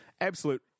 absolute